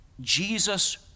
Jesus